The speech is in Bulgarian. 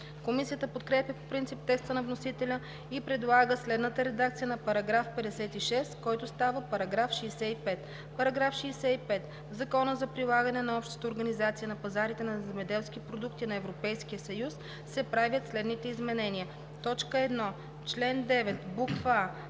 Комисията подкрепя по принцип текста на вносителя и предлага следната редакция на § 56, който става § 65: „§ 65. В Закона за прилагане на Общата организация на пазарите на земеделски продукти на Европейския се правят следните изменения: 1. В чл. 9: а) в ал.